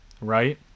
right